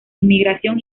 inmigración